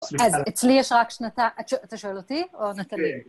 סליחה, אז אצלי יש רק שנת.. אתה שואל אותי, או את נטלי? כן